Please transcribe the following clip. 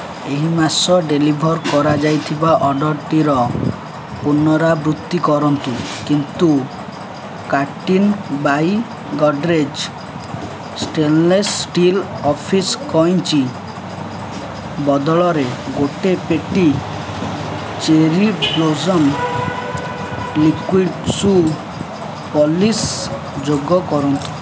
ଏହି ମାସ ଡେଲିଭର୍ କରାଯାଇଥିବା ଅର୍ଡ଼ର୍ଟିର ପୁନରାବୃତ୍ତି କରନ୍ତୁ କିନ୍ତୁ କାର୍ଟିନି by Godrej stainless steel office କଇଞ୍ଚି ବଦଳରେ ଗୁଟେ ପେଟି Cherry Blossom liquid shoe polish ଯୋଗ କରନ୍ତୁ